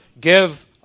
give